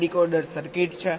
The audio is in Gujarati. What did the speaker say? આ ડીકોડર સર્કિટ છે